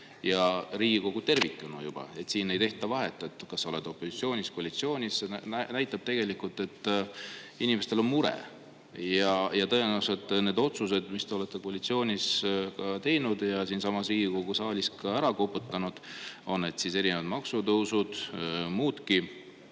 ja Riigikogu tervikuna. Siin ei tehta vahet, kas sa oled opositsioonis või koalitsioonis. See näitab tegelikult, et inimestel on mure. Tõenäosus, et need otsused, mis te olete koalitsioonis teinud ja siinsamas Riigikogu saalis ka ära koputanud, on need erinevad maksutõusud, muudki